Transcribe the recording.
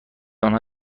آنها